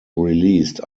released